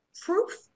proof